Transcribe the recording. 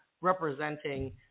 representing